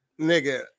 nigga